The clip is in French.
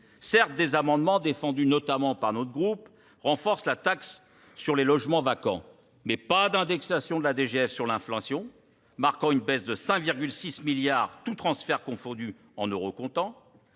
Certes, des amendements défendus notamment par notre groupe renforcent la taxe sur les logements vacants. Mais pas d'indexation de la DGF sur l'inflation, marquant une baisse de 5,6 milliards, tout transfert confondu en euro-contents.